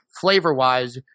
flavor-wise